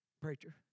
preacher